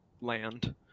land